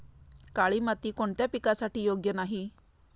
काळी माती कोणत्या पिकासाठी योग्य नाही?